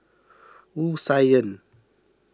Wu Tsai Yen